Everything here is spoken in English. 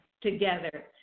together